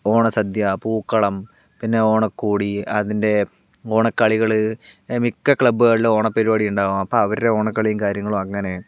ഓണസദ്യ പൂക്കളം പിന്നെ ഓണക്കോടി അതിൻ്റെ ഓണക്കളികള് മിക്ക ക്ലബുകളിലും ഓണപരിപാടി ഉണ്ടാകും അപ്പോൾ അവരുടെ ഓണക്കളിയും കാര്യങ്ങളും അങ്ങനെ